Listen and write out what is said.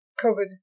covid